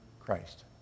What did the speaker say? Christ